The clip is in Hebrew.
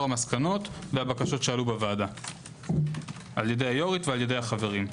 המסקנות והבקשות ש בוועדה על ידי היו"רית ועל ידי החברים.